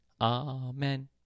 Amen